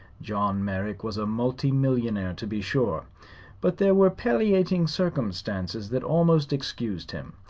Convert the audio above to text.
john merrick was a multi-millionaire, to be sure but there were palliating circumstances that almost excused him.